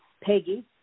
Peggy